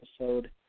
episode